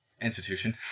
institution